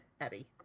Eddie